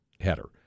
header